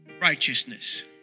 righteousness